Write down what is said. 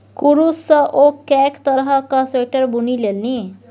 कुरूश सँ ओ कैक तरहक स्वेटर बुनि लेलनि